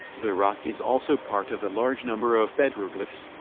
the rock is also part of a large number of petroglyphs,